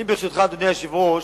ברשותך, אדוני היושב-ראש,